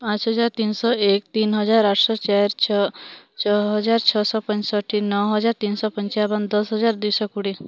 ପାଞ୍ଚ ହଜାର ତିନି ଶହ ଏକ ତିନ ହଜାର ଆଠ ଶହ ଚାରି ଚାରି ଛଅ ଛଅ ହଜାର ଛଅ ଶହ ପଅଁଷଠି ନଅ ହଜାର ତିନ ଶହ ପଞ୍ଚାବନ ଦଶ ହଜାର ଦୁଇ ଶହ କୋଡ଼ିଏ